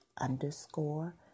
Underscore